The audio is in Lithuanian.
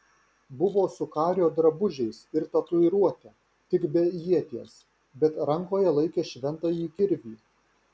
buvo su kario drabužiais ir tatuiruote tik be ieties bet rankoje laikė šventąjį kirvį